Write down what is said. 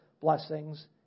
blessings